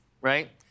right